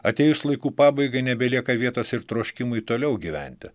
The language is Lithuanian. atėjus laikų pabaigai nebelieka vietos ir troškimui toliau gyventi